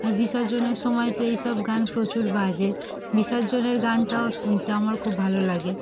আর বিসর্জনের সময় তো এইসব গান প্রচুর বাজে বিসর্জনের গানটাও শুনতে আমার খুব ভালো লাগে